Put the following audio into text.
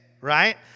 right